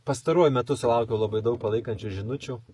pastaruoju metu sulaukiau labai daug palaikančių žinučių